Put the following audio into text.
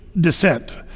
descent